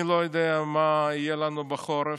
אני לא יודע מה יהיה לנו בחורף,